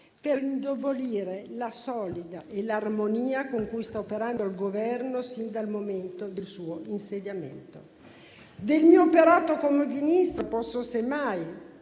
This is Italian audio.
per indebolire la solidità e l'armonia con cui sta operando il Governo sin dal momento del suo insediamento. Del mio operato come Ministro posso semmai,